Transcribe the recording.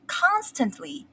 constantly